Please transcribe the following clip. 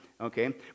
okay